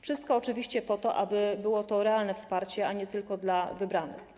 Wszystko oczywiście po to, aby było to realne wsparcie, a nie tylko dla wybranych.